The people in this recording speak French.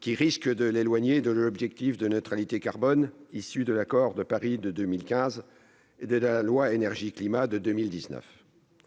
qui risque de l'éloigner de l'objectif de neutralité carbone issu de l'Accord de Paris de 2015 et de la loi du 8 novembre 2019